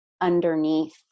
underneath